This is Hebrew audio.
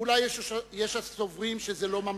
ואולי יש הסוברים שזה לא ממלכתי,